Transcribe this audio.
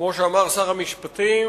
כמו שאמר שר המשפטים,